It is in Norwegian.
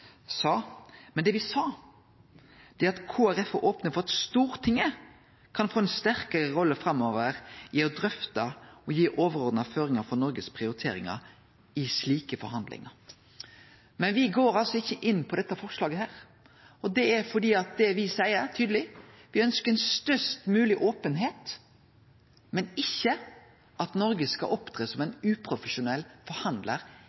sa. Det eg sa, var at Kristeleg Folkeparti er opne for at Stortinget kan få ei sterkare rolle framover i å drøfte og gi overordna føringar på Noregs prioriteringar i slike forhandlingar. Men me går altså ikkje inn for dette forslaget. Me seier tydeleg at me ønskjer ei størst mogleg openheit, men ikkje at Noreg skal opptre som ein uprofesjonell forhandlar